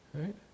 right